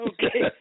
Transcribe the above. Okay